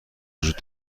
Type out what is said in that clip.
وجود